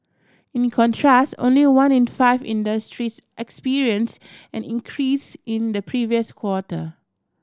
in contrast only one in five industries experience and increase in the previous quarter